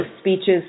speeches